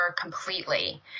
completely